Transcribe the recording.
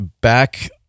back